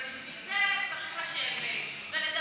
אבל בשביל זה צריך לשבת ולדבר,